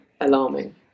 alarming